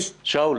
שאול,